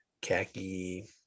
khaki